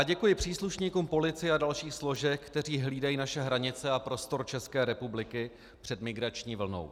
Děkuji příslušníkům policie a dalších složek, kteří hlídají naše hranice a prostor České republiky před migrační vlnou.